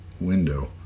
window